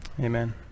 amen